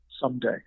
someday